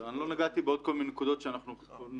אני לא נגעתי בעוד כל מיני נקודות שאנחנו נוגעים,